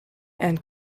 and